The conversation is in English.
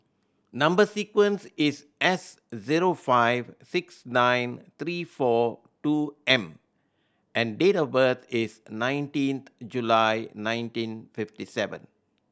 number sequence is S zero five six nine three four two M and date of birth is nineteenth July nineteen fifty seven